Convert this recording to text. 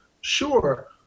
Sure